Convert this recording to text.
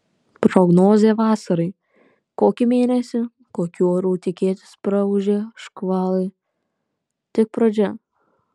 prognozė vasarai kokį mėnesį kokių orų tikėtis praūžę škvalai tik pradžia